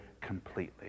completely